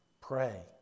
Pray